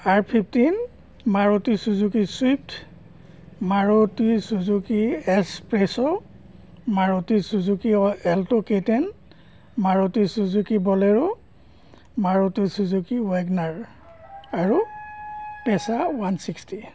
R fifteen Maruti Suzuki Swift Maruti Suzuki S Presso Maruti Suzuki Alto K ten Maruti Suzuki Bolero Maruti Suzuki wagon R আৰু পেচা one sixty